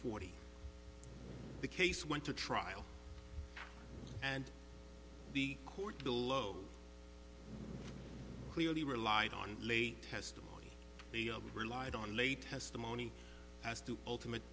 forty the case went to trial and the court below clearly relied on late testimony they are relied on late has the money as to ultimate